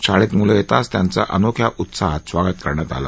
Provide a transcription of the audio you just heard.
शाळेत मुलं येताच त्यांचे अनोख्या उत्साहात स्वागत करण्यात आले